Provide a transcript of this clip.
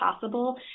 possible